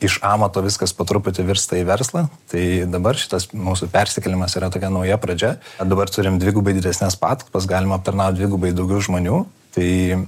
iš amato viskas po truputį virsta į verslą tai dabar šitas mūsų persikėlimas yra tokia nauja pradžia dabar turim dvigubai didesnes patalpas galim aptarnaut dvigubai daugiau žmonių tai